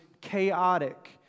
chaotic